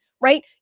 right